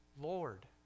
Lord